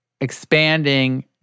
expanding